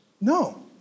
No